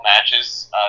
matches